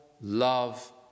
love